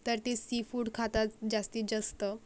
तर ते सीफूड खातात जास्तीत जास्त